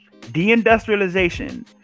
deindustrialization